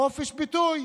חופש ביטוי,